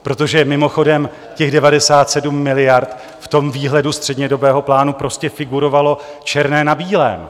Protože mimochodem, těch 97 miliard ve výhledu střednědobého plánu prostě figurovalo černé na bílém.